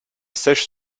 sèche